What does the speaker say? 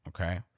Okay